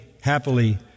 happily